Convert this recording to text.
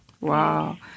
Wow